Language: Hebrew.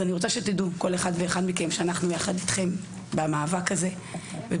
אני רוצה שכל אחד ואחת מכם יידע שאנחנו יחד איתכם במאבק הזה וברצון.